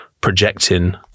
projecting